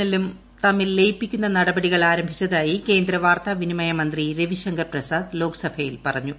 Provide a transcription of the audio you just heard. എല്ലും തമ്മിൽ ലയിപ്പിക്കുന്ന നടപടികൾ ആരംഭിച്ചതായി കേന്ദ്ര വാർത്താവിനിമയ മന്ത്രി രവിശങ്കർ പ്രസാദ് ലോക്സഭയിൽ പറഞ്ഞു